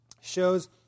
shows